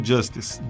Justice